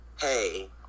hey